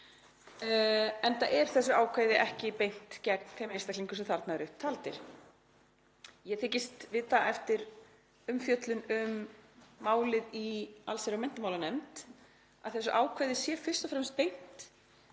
enda er þessu ákvæði ekki beint gegn þeim einstaklingum sem þarna eru taldir upp. Ég þykist vita, eftir umfjöllun um málið í allsherjar- og menntamálanefnd, að þessu ákvæði sé fyrst og fremst beint